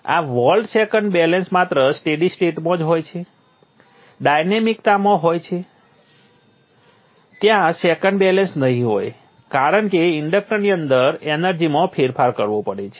આ volt second balance માત્ર steady સ્ટેટમાં જ હોય છે ડાયનામિકતામાં હોય છે સંદર્ભ આપો સમય 2346 ત્યાં સેકન્ડ બેલેન્સ નહીં હોય કારણ કે ઇન્ડક્ટરની અંદર એનર્જીમાં ફેરફાર કરવો પડે છે